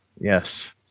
yes